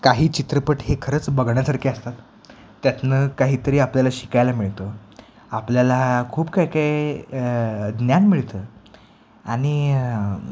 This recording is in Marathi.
काही चित्रपट हे खरंच बघण्यासारखे असतात त्यातनं काहीतरी आपल्याला शिकायला मिळतं आपल्याला खूप काही काही ज्ञान मिळतं आणि